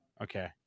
Okay